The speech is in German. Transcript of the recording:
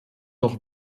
noch